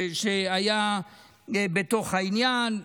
שהיה בתוך העניין,